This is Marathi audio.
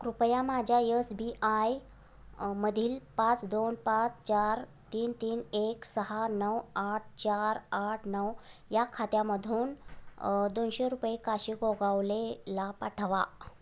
कृपया माझ्या यस बी आयमधील पाच दोन पाच चार तीन तीन एक सहा नऊ आठ चार आठ नऊ या खात्यामधून दोनशे रुपये काशी गोगावलेला पाठवा